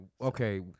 Okay